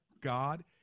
God